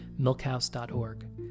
Milkhouse.org